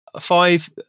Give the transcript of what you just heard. five